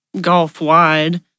golf-wide